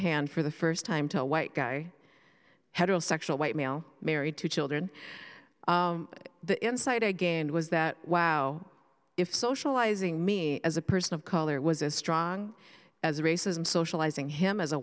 hand for the first time to a white guy heterosexual white male married to children the insight i gained was that wow if socializing me as a person of color was as strong as racism socializing him as a